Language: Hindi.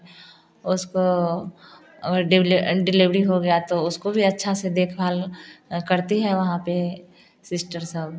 और उसको और डिलीवरी हो गया तो उसको भी अच्छा सा देख भाल करती है वहाँ पर सिस्टर सब